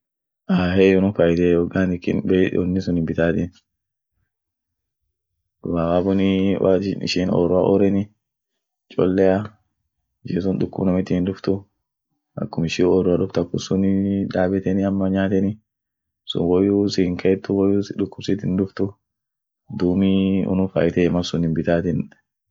Ahey unum faitiey oganikin bei woni sunin bitatin sababunii woat ishin orrua orreni chollea, ishi sun dukub namintin hin duftu, akum ishin orrua duft akumsun daabeteni ama nyaateni, sun woyu sihinkeetu woyu si dukub siitin duftu, duumi unum faitiey malsunin bitatin.